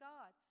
God